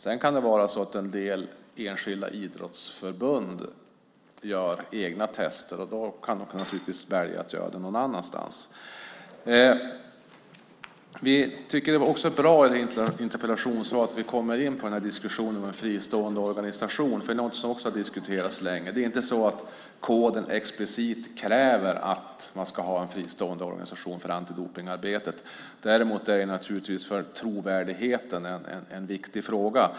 Sedan kan det vara så att en del enskilda idrottsförbund gör egna tester. Då kan man naturligtvis välja att göra det någon annanstans. Vi tycker att det är bra i interpellationssvaret att man kommer in på diskussionen om en fristående organisation, något som också har diskuterats länge. Det är inte så att koden explicit kräver att man ska ha en fristående organisation för antidopningsarbetet. Däremot är det naturligtvis en viktig fråga för trovärdigheten.